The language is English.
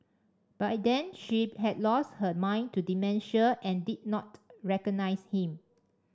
by then she had lost her mind to dementia and did not recognise him